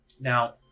Now